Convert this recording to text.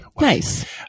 Nice